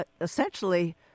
essentially